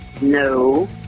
No